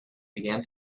began